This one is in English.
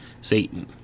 Satan